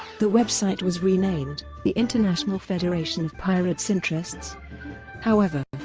the website was renamed the international federation of pirates interests however,